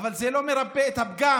אבל זה לא מרפא את הפגם